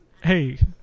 hey